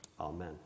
Amen